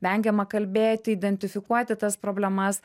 vengiama kalbėti identifikuoti tas problemas